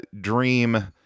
dream